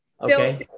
Okay